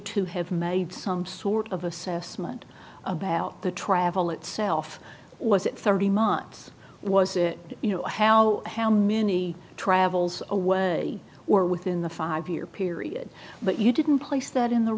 to have made some sort of assessment about the travel itself was it thirty months was it you know how how many travels away were within the five year period but you didn't pla